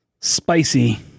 Spicy